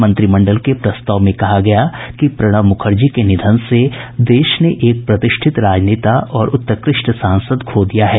मंत्रिमंडल के प्रस्ताव में कहा गया कि प्रणब मुखर्जी के निधन से देश ने एक प्रतिष्ठित राजनेता और उत्कृष्ट सांसद खो दिया है